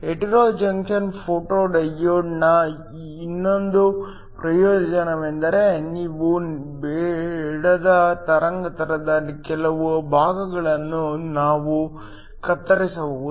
hetero junction photo ಡಯೋಡ್ನ ಇನ್ನೊಂದು ಪ್ರಯೋಜನವೆಂದರೆ ನಿಮಗೆ ಬೇಡದ ತರಂಗಾಂತರದ ಕೆಲವು ಭಾಗಗಳನ್ನು ನಾವು ಕತ್ತರಿಸಬಹುದು